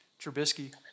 Trubisky